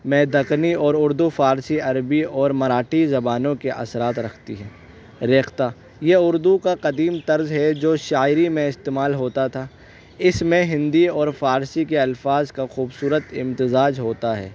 میں دکنی اور اردو فارسی عربی اور مراٹھی زبانوں کے اثرات رکھتی ہے ریختہ یہ اردو کا قدیم طرز ہے جو شاعری میں استعمال ہوتا تھا اس میں ہندی اور فارسی کے الفاظ کا خوبصورت امتزاج ہوتا ہے